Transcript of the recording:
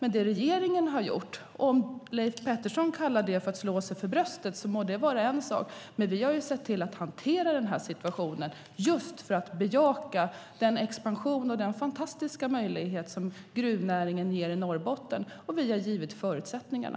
Om Leif Pettersson kallar det som regeringen har gjort att slå sig för bröstet må det vara en sak. Men vi har sett till att hantera denna situation just för att bejaka den expansion och den fantastiska möjlighet som gruvnäringen ger i Norrbotten. Vi har givit förutsättningarna.